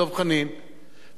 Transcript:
וצריכים לדבר אמת